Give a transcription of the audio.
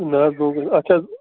نہ حظ بو اَتھ چھِ حظ